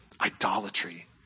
Idolatry